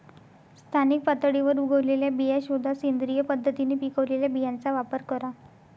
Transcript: स्थानिक पातळीवर उगवलेल्या बिया शोधा, सेंद्रिय पद्धतीने पिकवलेल्या बियांचा वापर करा